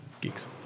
Geeks